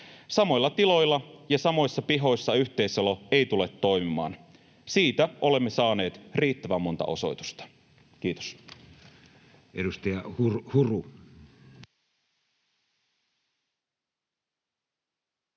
Samoilla tiloilla ja samoissa pihoissa yhteiselo ei tule toimimaan, siitä olemme saaneet riittävän monta osoitusta. — Kiitos.